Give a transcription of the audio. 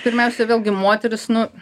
pirmiausia vėlgi moteris nu